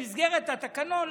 במסגרת התקנון,